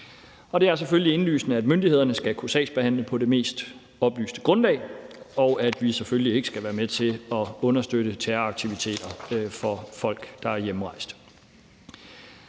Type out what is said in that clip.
Det er indlysende, at myndighederne skal kunne sagsbehandle på det mest oplyste grundlag, og at vi selvfølgelig ikke skal være med til at understøtte terroraktiviteter for folk, der er hjemrejst.